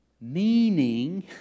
Meaning